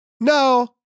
No